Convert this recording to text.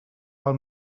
pel